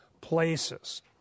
places